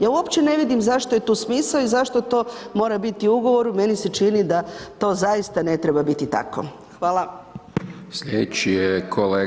Ja uopće ne vidim zašto je tu smisao i zašto to mora biti u ugovoru, meni se čini da to zaista ne treba biti tako.